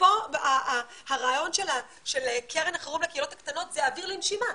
פה הרעיון של קרן החירום לקהילות הקטנות זה אוויר לנשימה.